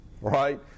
Right